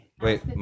Wait